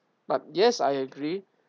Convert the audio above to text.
but yes I agree